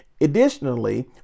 Additionally